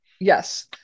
yes